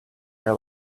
air